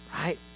Right